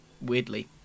weirdly